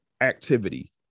activity